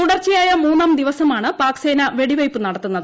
തുടർച്ചയായ മൂന്നാർ ദിവസമാണ് പാക് സേന വെടിവെയ്പ്പു നടത്തുന്നത്